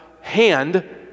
hand